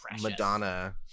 Madonna